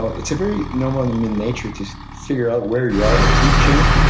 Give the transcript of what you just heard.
ah it's a very normal human nature to figure out where you are in the food chain,